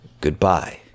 Goodbye